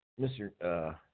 Mr. –